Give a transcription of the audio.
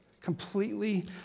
completely